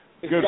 Good